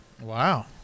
Wow